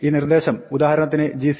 ഈ നിർദ്ദശം ഉദാഹരണത്തിന് gcd